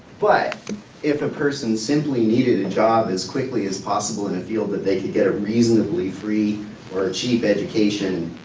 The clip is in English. but if a person simply needed a job as quickly as possible, and they feel that they can get a reasonably free or cheap education,